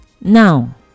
now